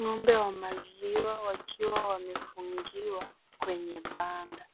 Ngombe wa maziwa wakiwa wamefungiwa kwenye banda